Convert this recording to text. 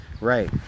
Right